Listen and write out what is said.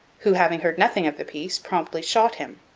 who, having heard nothing of the peace, promptly shot him.